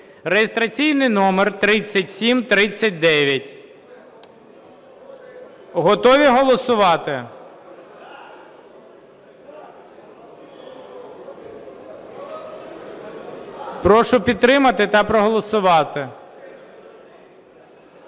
(реєстраційний номер 3739). Готові голосувати? Прошу підтримати та проголосувати.